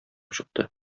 чыкты